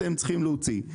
אתם צריכים להוציא.